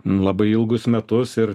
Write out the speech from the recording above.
labai ilgus metus ir